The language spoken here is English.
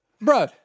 bro